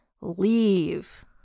leave